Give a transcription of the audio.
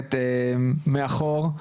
המערכת מאחור.